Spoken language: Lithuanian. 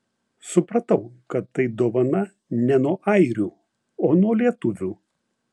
supratau kad tai dovana ne nuo airių o nuo lietuvių